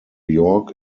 york